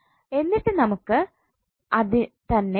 എന്നിട്ട് നമുക്ക് അത് തന്നെ കിട്ടും